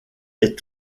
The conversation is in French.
est